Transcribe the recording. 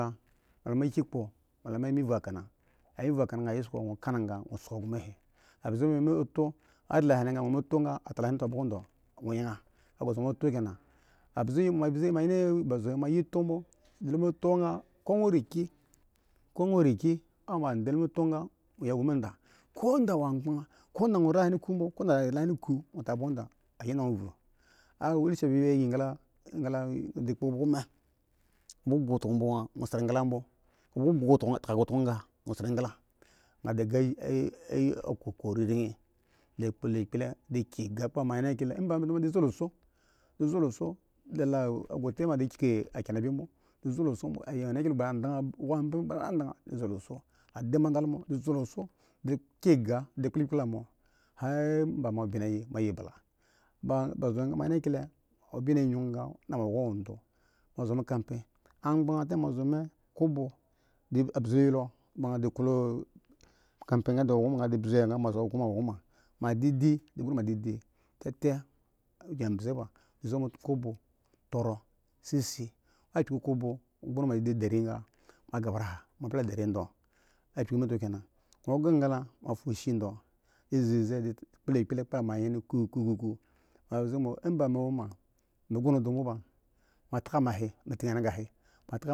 A kane mi ki kpo mi v a kana a kana he to a bur ri lehen ko bogo ga mu kana ti ebe ga wo sko a bze ŋwo kana nga ayi a bze alo mi to to he ta a wo ri lahe lo me ota ga a tobogo do tku ki bono loma oto engle emba bi sira bi yi engle di shi gobogo dpo bri lishi ba kotono a bri a wa sa engle a kkoko riri emba to din zo losa din wo awo te ma ba bi kiki a kenan bin bmo a bze ayenyele awo gbadaga a zo loso la abme agu a din ma da lomo dim zo loso din ki gya kpa gbadayin mo yenkyle yii able ba zo he ma yenkyeke mo biye yong ŋga me da mo huko modo ma zo mi kapye amgb kobo bzi loyolo din bri yo so khwo din gulma madidi akpii kobo dari he to mo sa yi dori kobo ya dwo tro ba la sisi emba mi wo egla mi kono edo bo sang plodo kishi to.